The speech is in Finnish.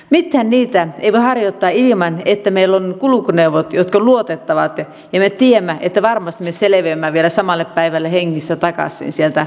mitään niitä ei voi harjoittaa ilman että meillä on kulkuneuvot jotka ovat luotettavat ja me tiedämme että varmasti me selviämme vielä samana päivänä hengissä takaisin sieltä luonnosta ja ympäristöstä